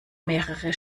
mehrere